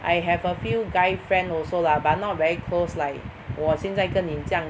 I have a few guy friend also lah but not very close like 我现在跟你这样